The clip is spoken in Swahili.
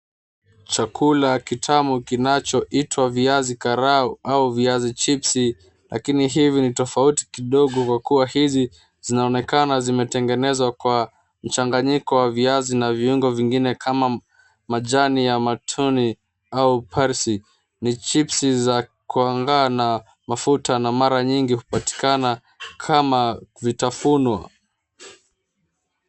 Chakula kitamu kinachoitwa viazi karai au viazi chipsi, lakini hivi ni tofauti kidogo, kwa kuwa hizi zinaonekana zimetengenezwa kwa mchanganyiko wa viazi na viungo vingine kama majani ya matone au parsely . Ni chipsi za kuangana mafuta na mara nyingi kupatikana kama vitafunwa.